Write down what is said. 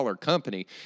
company